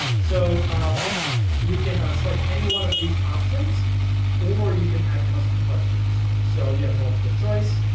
so um you can select any one of these options or you can add custom questions. so you have multiple choice,